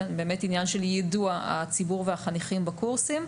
העניין של יידוע הציבור והחניכים בקורסים.